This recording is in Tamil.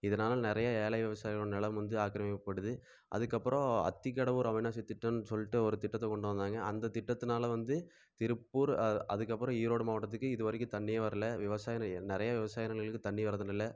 இதனால் நிறையா ஏழை விவசாயிகளோட நிலம் வந்து ஆக்கிரமிக்கப்படுது அதற்கப்பறம் அத்திக்கடவூர் அவிநாசி திட்டம்னு சொல்லிட்டு ஒரு திட்டத்தை கொண்டு வந்தாங்க அந்த திட்டத்தினால வந்து திருப்பூர் அதற்கப்பறம் ஈரோடு மாவட்டத்துக்கு இது வரைக்கும் தண்ணியே வரல விவசாய நி நிறைய விவசாய நிலங்களுக்கு தண்ணி வரதுனுல்ல